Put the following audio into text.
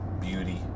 beauty